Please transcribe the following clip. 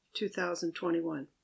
2021